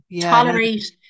Tolerate